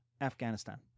Afghanistan